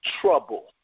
trouble